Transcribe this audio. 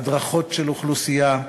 הדרכות של אוכלוסייה,